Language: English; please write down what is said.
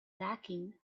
lacking